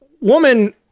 woman